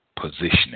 positioning